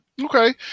Okay